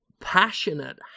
passionate